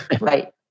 Right